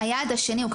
היעד השני הוא,